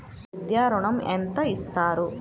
విద్యా ఋణం ఎంత ఇస్తారు?